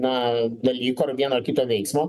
na dalyko ar vienoar kito veiksmo